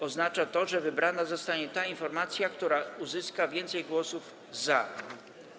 Oznacza to, że wybrana zostanie ta informacja, która uzyska więcej głosów za.